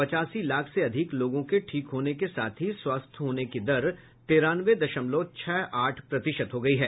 पचासी लाख से अधिक लोगों के ठीक होने के साथ ही स्वस्थ होने की दर तिरानवे दशमलव छह आठ प्रतिशत हो गई है